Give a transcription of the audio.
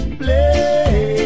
play